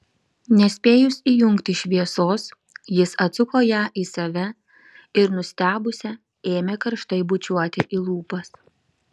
nespėjus įjungti šviesos jis atsuko ją į save ir nustebusią ėmė karštai bučiuoti į lūpas